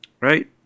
Right